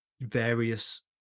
various